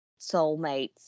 soulmates